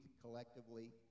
collectively